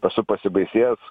esu pasibaisėjęs